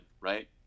Right